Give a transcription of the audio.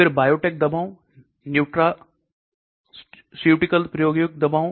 फिर बायोटेक दवाओं न्यूट्रास्यूटिकल प्रायोगिक दवाओं